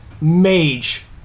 mage